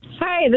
Hi